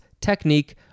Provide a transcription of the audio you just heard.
technique